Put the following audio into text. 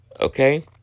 Okay